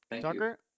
Tucker